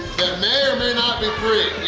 may or may not be free!